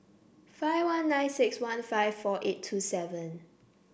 five one nine six one five four eight two seven